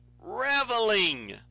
reveling